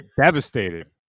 devastated